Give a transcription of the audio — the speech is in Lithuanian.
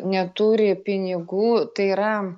neturi pinigų tai yra